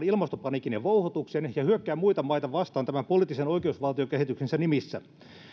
ilmastopaniikin ja vouhotuksen ja hyökkää muita maita vastaan tämän poliittisen oikeusvaltiokehityksensä nimissä